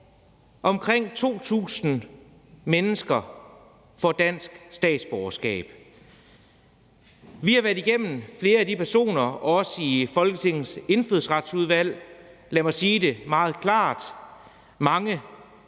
omkring 2.000 mennesker får dansk statsborgerskab. Vi har været igennem flere af de personer i Folketingets Indfødsretsudvalg, og lad mig sige det meget klart: Mange